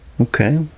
Okay